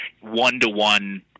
one-to-one